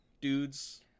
dudes